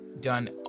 done